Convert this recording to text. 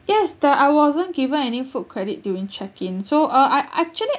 yes that I wasn't given any food credit during check in so uh I actually